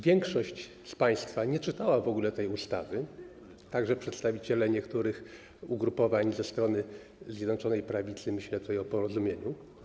Większość z państwa nie czytała w ogóle tej ustawy, także przedstawiciele niektórych ugrupowań ze strony Zjednoczonej Prawicy - myślę tutaj o Porozumieniu.